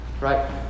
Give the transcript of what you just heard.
right